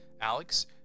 Alex